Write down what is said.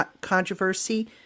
controversy